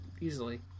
easily